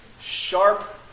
sharp